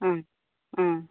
ആ ആ